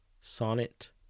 Sonnet